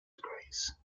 degrees